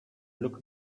looked